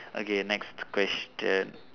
okay next question